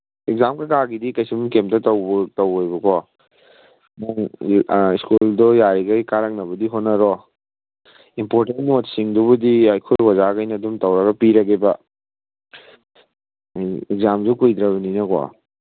exam ꯀꯩꯀꯥꯒꯤꯗꯤ ꯀꯩꯁꯨ ꯀꯩꯝꯇ ꯇꯧꯔꯣꯏꯕꯀꯣ ꯅꯪ ꯁ꯭ꯀꯨꯜꯗꯣ ꯌꯥꯔꯤꯈꯩ ꯀꯥꯔꯛꯅꯕꯗꯤ ꯍꯣꯠꯅꯔꯣ ꯏꯝꯄꯣꯔꯇꯦꯟ ꯅꯣꯠꯁꯁꯤꯡꯗꯨꯕꯨꯗꯤ ꯑꯩꯈꯣꯏ ꯑꯣꯖꯥꯈꯩꯅ ꯑꯗꯨꯝ ꯇꯧꯔꯒ ꯄꯤꯔꯒꯦꯕ ꯑꯦꯛꯖꯥꯝꯁꯨ ꯀꯨꯏꯗ꯭ꯔꯕꯅꯤꯅꯀꯣ